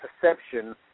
perception